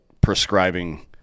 prescribing